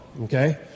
Okay